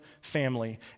family